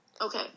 Okay